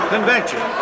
Convention